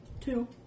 Two